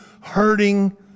hurting